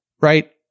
right